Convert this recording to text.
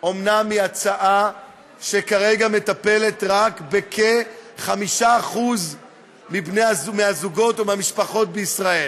היא אומנם הצעה שכרגע מטפלת רק בכ-5% מהזוגות או מהמשפחות בישראל,